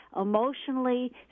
emotionally